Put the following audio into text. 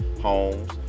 homes